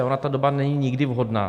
Ona ta doba není nikdy vhodná.